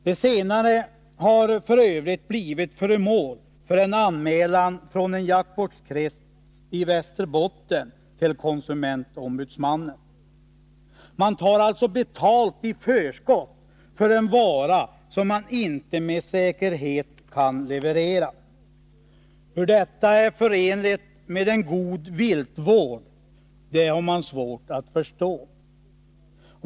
Det senare har f. ö. blivit föremål för en anmälan från en jaktvårdskrets i Västerbotten till konsumentombudsmannen. Man tar alltså betalt i förskott för en vara som man inte med säkerhet kan leverera. Hur detta är förenligt med en god viltvård är svårt att förstå.